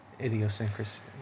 idiosyncrasy